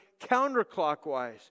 counterclockwise